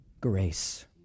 grace